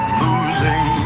losing